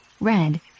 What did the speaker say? red